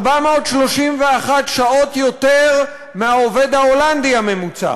431 שעות יותר מעובד הולנדי ממוצע,